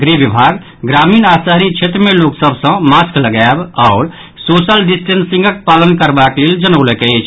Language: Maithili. गृह विभाग ग्रामीण आओर शहरी क्षेत्र मे लोक सभ सँ मास्क लगायव आओर सोशल डिस्टेसिंगक पालन करबाक लेल जनौलक अछि